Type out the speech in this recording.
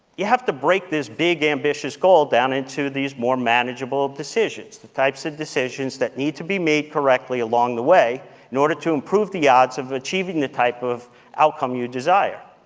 you have to break this big ambitious goal down into these more manageable decisions the types of decisions that need to be made correctly along the way in order to improve the odds of achieving the type of outcome you desire.